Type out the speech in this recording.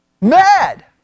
Mad